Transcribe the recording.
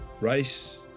race